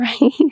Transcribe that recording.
right